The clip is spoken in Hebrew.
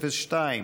502,